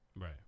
Right